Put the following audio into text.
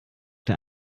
der